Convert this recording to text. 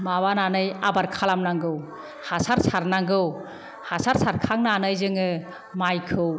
माबानानै आबार खालामनांगौ हासार सारनांगौ हासार सारखांनानै जोङो माइखौ